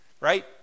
Right